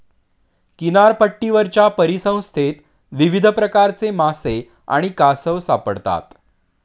किनारपट्टीवरच्या परिसंस्थेत विविध प्रकारचे मासे आणि कासव सापडतात